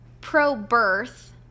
pro-birth